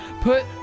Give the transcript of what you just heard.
put